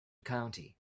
county